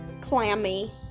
clammy